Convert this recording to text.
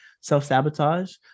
self-sabotage